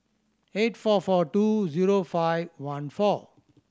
eight four four two zero five one four